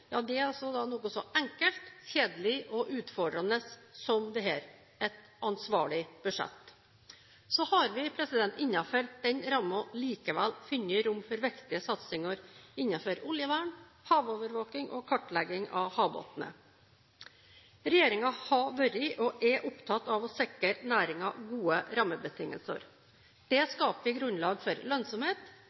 er noe så enkelt, kjedelig og utfordrende som dette: et ansvarlig budsjett. Så har vi innenfor den rammen likevel funnet rom for viktige satsinger innenfor oljevern, havovervåking og kartlegging av havbunnen. Regjeringen har vært, og er, opptatt av å sikre næringen gode rammebetingelser. Det skaper grunnlag for lønnsomhet,